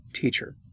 Teacher